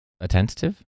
Attentive